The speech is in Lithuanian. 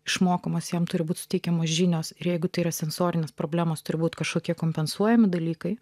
išmokomas jam turi būti suteikiamos žinios ir jeigu tai yra sensorinės problemos turbūt kažkokie kompensuojami dalykai